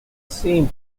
same